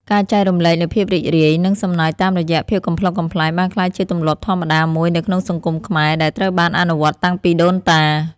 ការចែករំលែកនូវភាពរីករាយ និងសំណើចតាមរយៈភាពកំប្លុកកំប្លែងបានក្លាយជាទម្លាប់ធម្មតាមួយនៅក្នុងសង្គមខ្មែរដែលត្រូវបានអនុវត្តតាំងពីដូនតា។